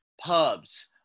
pubs